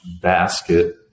basket